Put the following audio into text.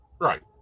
Right